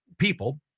people